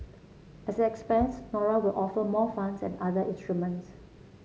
as it expands Nora will offer more funds and other instruments